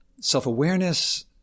self-awareness